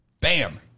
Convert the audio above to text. Bam